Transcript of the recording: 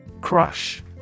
Crush